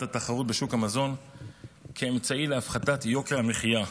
התחרות בשוק המזון כאמצעי להפחתת יוקר המחיה,